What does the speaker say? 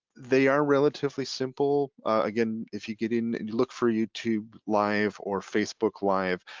they are relatively simple. again, if you get in and you look for youtube live or facebook live,